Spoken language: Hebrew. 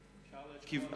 התשובה שקיבלת סיפקה אותך?